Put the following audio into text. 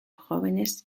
jóvenes